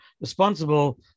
responsible